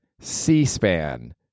C-SPAN